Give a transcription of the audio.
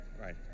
Right